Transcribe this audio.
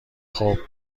خوب